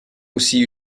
aussi